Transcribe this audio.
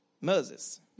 Moses